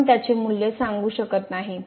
आपण त्याचे मूल्य सांगू शकत नाही